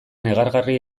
negargarri